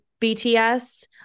BTS